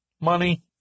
money